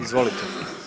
Izvolite.